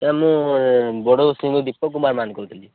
sir ମୁଁ ବଡ଼ ଦୀପକ କୁମାର ମହାନ୍ତି କହୁଥିଲି